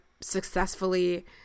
successfully